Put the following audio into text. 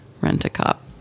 rent-a-cop